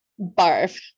Barf